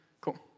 Cool